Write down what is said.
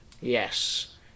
Yes